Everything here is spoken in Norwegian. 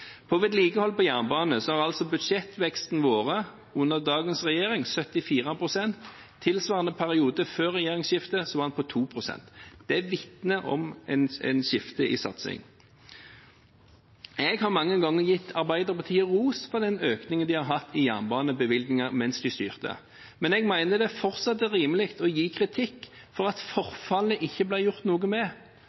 vedlikehold på jernbanen, har budsjettveksten under dagens regjering vært 74 pst. I tilsvarende periode før regjeringsskiftet var den på 2 pst. Det vitner om et skifte i satsing. Jeg har mange ganger gitt Arbeiderpartiet ros for den økningen de hadde i jernbanebevilgninger mens de styrte. Men jeg mener fortsatt det er rimelig å gi kritikk for at det ikke ble gjort noe med